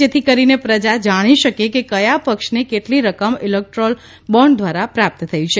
જેથી કરીને પ્રજા જાણી શકે કે કયા પક્ષને કેટલી રકમ ઇલેક્ટ્રોલ બોન્ડ દ્વારા પ્રાપ્ત થઇ છે